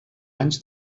anys